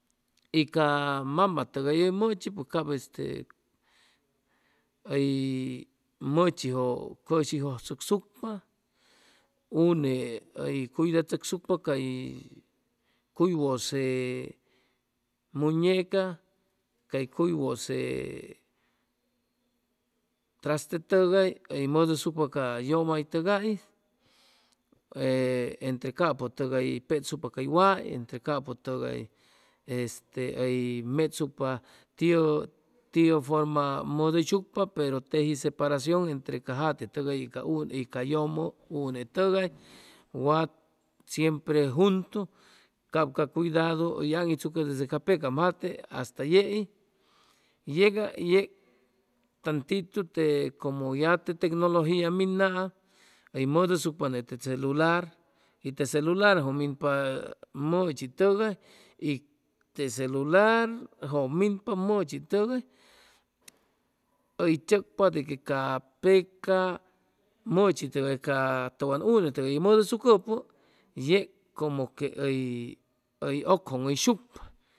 Y ca mama tʉga mʉchi cap este hʉy mʉchijʉ cʉshi jʉjchʉcsucpa une hʉy cuidachʉcsucpa cay cuy wʉse muñeca cay cuy wʉse traste tʉgay hʉy mʉdʉsucpa ca yʉmaytʉgais entre apʉtʉgay petsucpa cay way entre capʉtʉgay este hʉy mechsucpa tiʉ tiʉ forma mʉdʉyshucpa pero teji separacion entre ca jate tʉgay y ca une ca yʉmʉ une tʉgay wat siempre juntu cap ca cuidadu hʉy aŋitsucʉ desde ca pecam jate hasta yei y yeg tantitu te como ya te tecnologia minaam hʉy mʉdusucpa net te celular y te celularjʉ minpa mʉchi tʉgay y te celularjʉ minpa mʉchitʉgay hʉy tzʉcpa de que ca peca mʉchi tʉgay catʉwan une tʉgay hʉy mʉdʉsuccʉpʉ yeg como quey ʉgjʉŋʉyshucpa